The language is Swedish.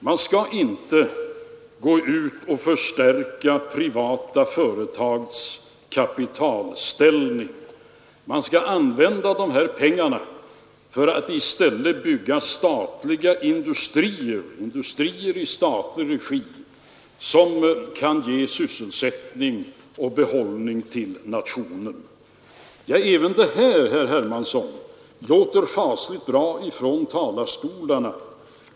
Man skall inte gå ut och förstärka privata företags kapitalställning, man skall i stället använda de här pengarna för att bygga industrier i statlig regi, vilket kan ge sysselsättning och behållning till nationen, säger han. Även det här, herr Hermansson, låter fasligt bra från talarstolarna.